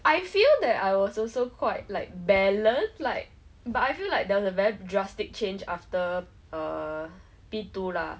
I feel that I was also quite like balance like but I feel like there was a very drastic change after err P_two lah